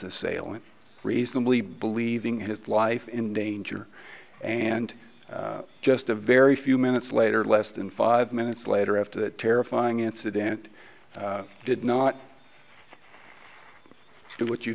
assailant reasonably believing his life in danger and just a very few minutes later less than five minutes later after that terrifying incident did not do what you